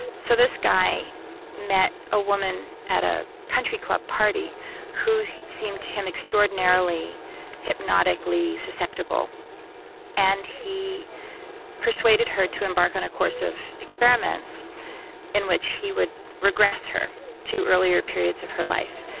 so this guy met a woman at a country club party who seemed to him extraordinarily hypnotically susceptible and he persuaded her to embark on a course of experiments in which he would regress her to earlier periods of her life.